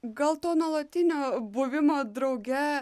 gal to nuolatinio buvimo drauge